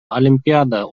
олимпиада